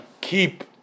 keep